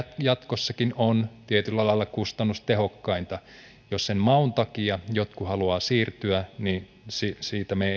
jatkossakin on tietyllä lailla kustannustehokkainta jos sen maun takia jotkut haluavat siirtyä niin siitä me